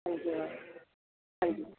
ਹਾਂਜੀ ਹਾਂ ਹਾਜੀ